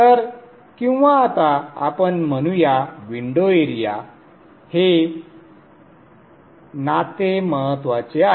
तरकिंवा आता आपण म्हणूया विंडो एरिया हे नाते महत्वाचे आहे